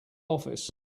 office